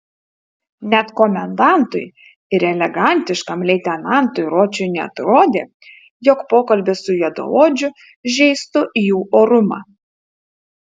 net komendantui ir elegantiškam leitenantui ročui neatrodė jog pokalbis su juodaodžiu žeistų jų orumą